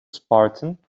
spartan